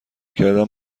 کردن